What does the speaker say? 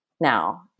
now